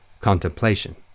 contemplation